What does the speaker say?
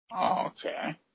Okay